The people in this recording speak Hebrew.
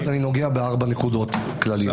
אז אני נוגע בארבע נקודות כלליות.